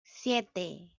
siete